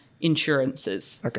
insurances